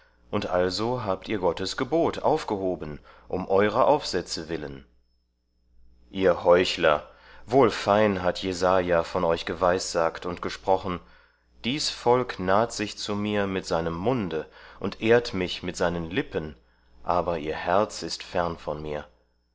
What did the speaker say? und also habt ihr gottes gebot aufgehoben um eurer aufsätze willen ihr heuchler wohl fein hat jesaja von euch geweissagt und gesprochen dies volk naht sich zu mir mit seinem munde und ehrt mich mit seinen lippen aber ihr herz ist fern von mir